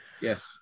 Yes